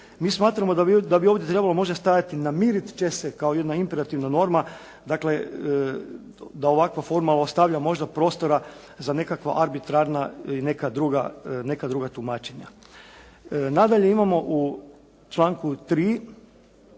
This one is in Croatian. Mi smatramo da bi ovdje trebalo možda stajati namiriti će se, kao jedna imperativna norma, dakle da ovakva forma ostavlja možda prostora za nekakva arbitrarna i neka druga tumačenja. Nadalje, imamo u članku 3.